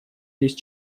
лишь